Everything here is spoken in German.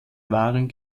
waren